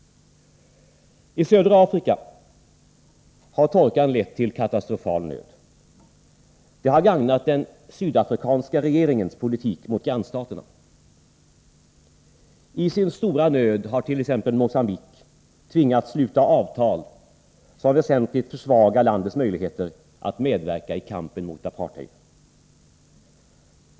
I södra Afrika har torkan lett till katastrofal nöd. Det har gagnat den sydafrikanska regeringens politik gentemot grannstaterna. I sin stora nöd har t.ex. Mogambique tvingats sluta avtal som väsentligt försvagar landets möjligheter att medverka i kampen mot apartheid.